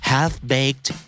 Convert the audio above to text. Half-Baked